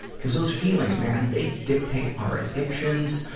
cuz those feelings, man, they dictate our addictions,